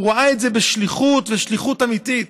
הוא ראה את זה בשליחות, ושליחות אמיתית.